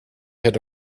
had